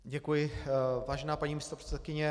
Děkuji, vážená paní místopředsedkyně.